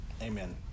Amen